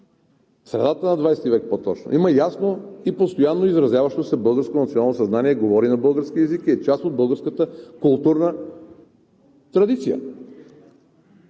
средата на ХХ век по-точно, има ясно и постоянно изразяващо се българско национално съзнание – говори на български език и е част от българската културна традиция.